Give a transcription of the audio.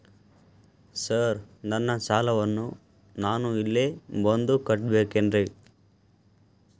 Sir ನನ್ನ ಸಾಲವನ್ನು ನಾನು ಇಲ್ಲೇ ಬಂದು ಕಟ್ಟಬೇಕೇನ್ರಿ?